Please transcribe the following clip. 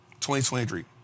2023